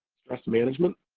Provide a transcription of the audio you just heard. stress management,